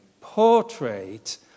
portrait